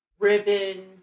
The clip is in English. ribbon